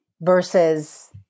versus